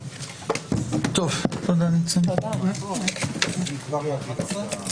המשרד המציע הוא משרד המשפטים.